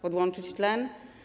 Podłączyć tlen?